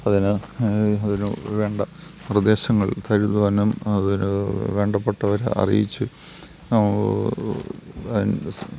അതിന് അതിനുവേണ്ട നിർദ്ദേശങ്ങൾ തരുവാനും അതിന് വേണ്ടപ്പെട്ടവരെ അറിയിച്ച് അതിൻ്റെ